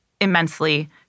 immensely